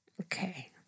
Okay